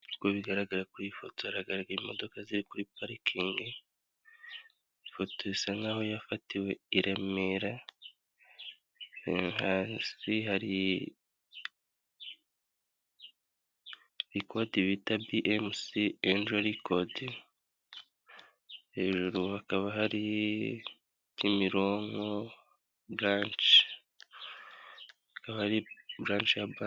Uko bigaragara kuri iyi foto, haragaraga imodoka ziri kuri parikingi, iyi foto isa nk'aho yafatiwe i Remera, hasi hari rikodi bita BMC Angel Record, hejuru hakaba hari Kimironko Buranshi, hakaba hari buranshi ya banki.